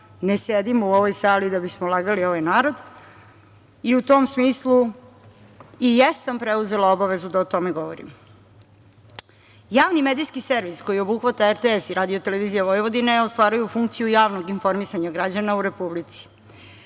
ne sedimo u ovoj sali da bismo lagali ovaj narod i u tom smislu i jesam preuzela obavezu da o tome govorim. Javni medijski servis koji obuhvata RTS i RTV ostvaruju funkciju javnog informisanja građana u Republici.